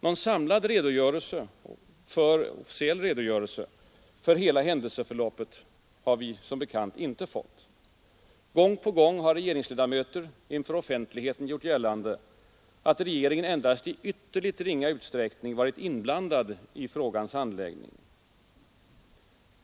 Någon samlad officiell redogörelse för hela händelseförloppet har vi som bekant inte fått. Gång på gång har regeringsledamöter inför offentligheten gjort gällande, att regeringen endast i ytterligt ringa utsträckning varit inblandad i frågans handläggning.